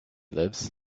lives